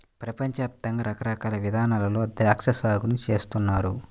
పెపంచ యాప్తంగా రకరకాల ఇదానాల్లో ద్రాక్షా సాగుని చేస్తున్నారు